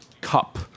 cup